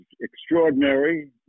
extraordinary